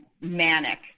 manic